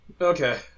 Okay